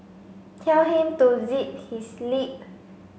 tell him to zip his lip